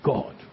God